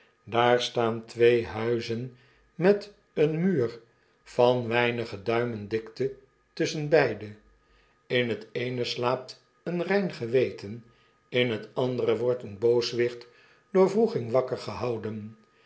daar staan twee huizen met eenmuur van weinige duimen dikte tusschenbeide in het eene slaapt een rein geweten in het andere wordt een booswicht door wroeging wakker gehouden